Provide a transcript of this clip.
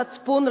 מצפון,